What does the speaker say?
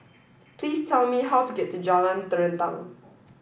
please tell me how to get to Jalan Terentang